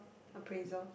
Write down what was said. appraisal